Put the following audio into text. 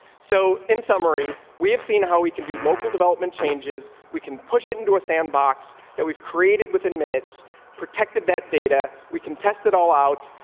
so in summary, we have seen how we can do local development changes. we can push it into a sandbox that we've created within minutes protected that data. we contest it all out,